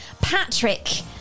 patrick